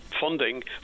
funding